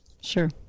sure